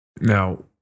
Now